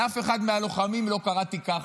לאף אחד מהלוחמים לא קראתי ככה,